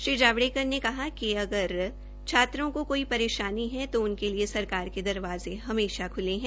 श्री जावड़ेकर ने कहा कि अगर छात्रों को कोई परेशानी है तो उनके लिए सरकार के दरवाजे हमेशा ख्ले है